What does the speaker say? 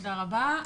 תודה רבה.